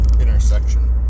intersection